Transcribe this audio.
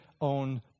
own